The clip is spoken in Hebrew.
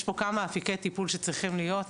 יש פה כמה אפיקי טיפול שצריכים להיות.